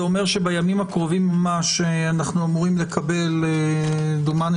זה אומר שבימים הקרובים אנו אמורים לקבל דומני